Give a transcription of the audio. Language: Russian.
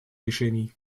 решений